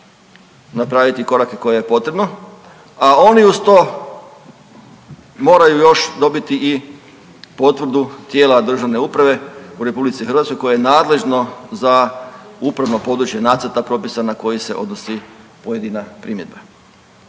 napraviti korake koje je potrebno. A oni uz to moraju još dobiti i potvrdu tijela državne uprave u RH koje je nadležno za upravno područje nacrta propisa na koji se odnosi pojedina primjedba.